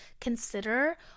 consider